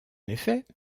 effet